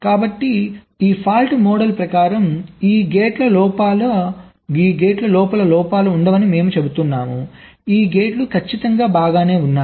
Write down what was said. కాబట్టి ఈ fault model ప్రకారం ఈ గేట్ల లోపల లోపాలు ఉండవని మేము చెబుతున్నాము ఈ గేట్లు ఖచ్చితంగా బాగానే ఉన్నాయి